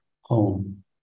home